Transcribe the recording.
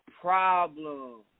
problem